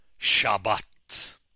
Shabbat